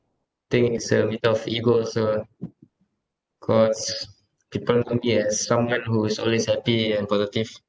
I think it's a bit of ego also ah cause people know me as someone who is always happy and positive